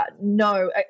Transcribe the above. no